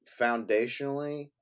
foundationally